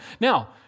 Now